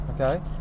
okay